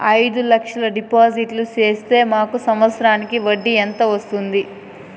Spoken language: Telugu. అయిదు లక్షలు డిపాజిట్లు సేస్తే మాకు సంవత్సరానికి వడ్డీ ఎంత వస్తుంది?